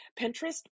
Pinterest